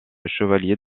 chevalier